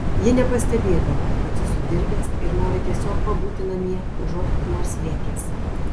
ji nepastebėdavo kad jis sudirgęs ir nori tiesiog pabūti namie užuot kur nors lėkęs